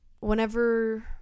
whenever